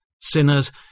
Sinners